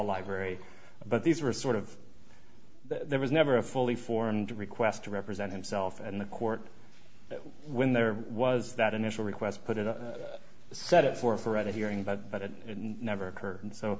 library but these were sort of there was never a fully formed request to represent himself and the court when there was that initial request put it up and set it for a forever hearing but but it never occurred and so